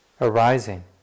arising